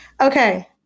Okay